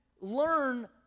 learn